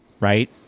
right